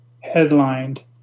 headlined